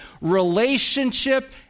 relationship